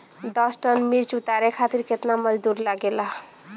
दस टन मिर्च उतारे खातीर केतना मजदुर लागेला?